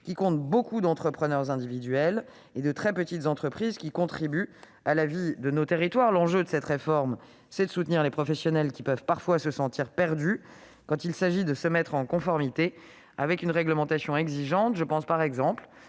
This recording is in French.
qui compte beaucoup d'entrepreneurs individuels et de très petites entreprises qui contribuent à la vie de nos territoires. L'enjeu de cette réforme est de soutenir des professionnels qui peuvent parfois se sentir perdus quand il s'agit de se mettre en conformité avec une réglementation exigeante. Je pense par exemple